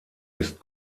ist